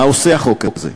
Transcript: מה עושה החוק הזה?